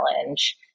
challenge